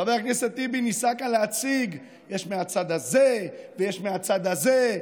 חבר הכנסת טיבי ניסה כאן להציג שיש מהצד הזה ויש מהצד הזה,